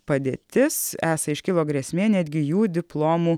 padėtis esą iškilo grėsmė netgi jų diplomų